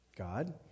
God